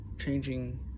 changing